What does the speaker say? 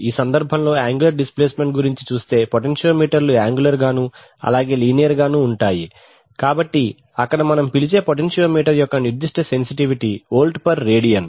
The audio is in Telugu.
ఈ సందర్భంలో యాంగులర్ డిస్ ప్లేస్ మెంట్ గురించి చూస్తే పొటెన్షియోమీటర్లు యాంగులర్ గానూ అలాగే లీనియర్ గానూ ఉంటాయి కాబట్టి అక్కడ మనం పిలిచే పొటెన్షియోమీటర్ యొక్క నిర్దిష్ట సెన్సిటివిటీ వోల్ట్ పర్ రేడియన్